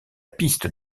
piste